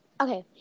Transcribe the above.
Okay